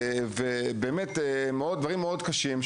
אלה דברים מאוד קשים,